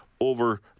over